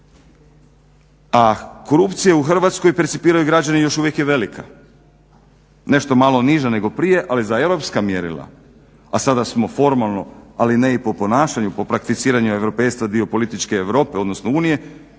A korupcije u Hrvatskoj percipiraju građani još uvijek je velika, nešto malo niža nego prije ali za europska mjerila a sada smo formalno ali ne i po ponašanju po prakticiranju europeista, dio političke Europe odnosno Unije